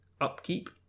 Upkeep